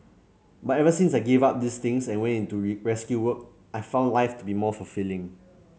but ever since I gave up these things and went into rescue work I've found life to be more fulfilling